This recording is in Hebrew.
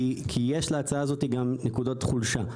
כי יש להצעה הזו גם נקודות חולשה.